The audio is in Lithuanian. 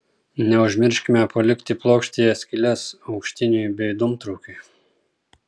neužmirškime palikti plokštėje skyles aukštiniui bei dūmtraukiui